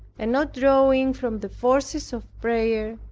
and not drawing from the forces of prayer,